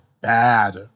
bad